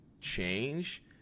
change